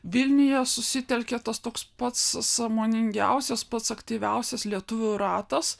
vilniuje susitelkė tas toks pats sąmoningiausias pats aktyviausias lietuvių ratas